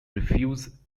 refuse